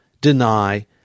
deny